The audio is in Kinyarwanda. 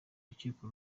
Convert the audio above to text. rukiko